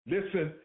Listen